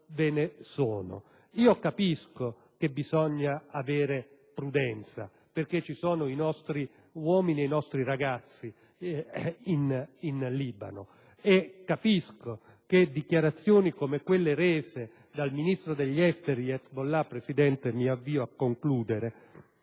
Capisco che bisogna avere prudenza perché ci sono i nostri uomini e i nostri ragazzi in Libano. Capisco dichiarazioni come quelle rese dal Ministro degli esteri di Hezbollah che dei